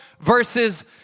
versus